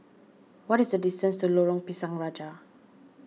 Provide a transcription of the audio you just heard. what is the distance to Lorong Pisang Raja